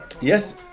Yes